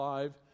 Live